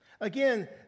Again